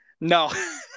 No